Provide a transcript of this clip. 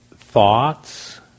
thoughts